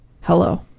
Hello